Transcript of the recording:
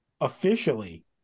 officially